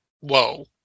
whoa